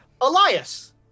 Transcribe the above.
Elias